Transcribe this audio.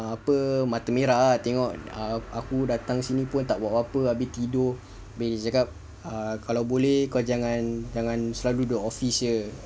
apa mata merah ah tengok aku datang sini pun tak buat apa-apa abeh tidur abeh dia cakap uh kalau boleh kau jangan jangan selalu duduk office aje